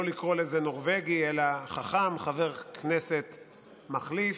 לקרוא לזה "נורבגי" אלא "חכ"מ" חבר כנסת מחליף.